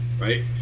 Right